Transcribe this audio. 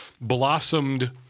blossomed